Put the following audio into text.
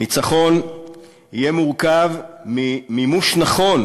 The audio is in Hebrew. ניצחון יהיה מורכב ממימוש נכון